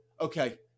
okay